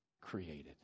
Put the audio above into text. created